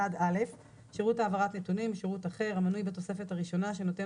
(1א) שירות העברת נתונים או שירות אחר המנוי בתוספת הראשונה שנותן